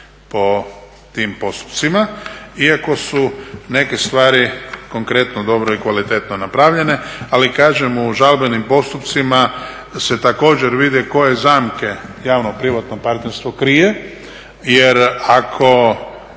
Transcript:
po tim postupcima. Iako su neke stvari konkretno dobro i kvalitetno napravljene, ali kažem u žalbenim postupcima se također vidi koje zamke javno-privatno partnerstvo krije. Jer ako